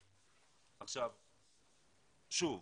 שוב,